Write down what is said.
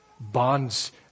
Bonds